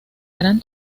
gran